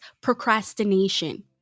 procrastination